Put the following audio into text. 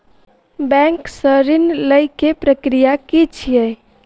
Bank सऽ ऋण लेय केँ प्रक्रिया की छीयै?